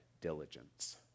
diligence